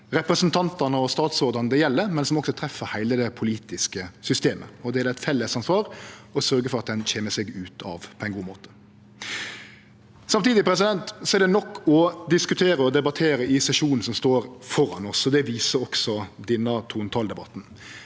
representantane og statsrådane det gjeld, men som også treffer heile det politiske systemet. Det er det eit felles ansvar å sørgje for at ein kjem seg ut av på ein god måte. Samtidig er det nok å diskutere og debattere i sesjonen som står føre oss, og det viser også denne trontaledebatten.